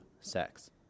sex